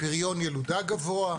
פריון ילודה גבוה.